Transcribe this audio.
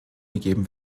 gegeben